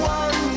one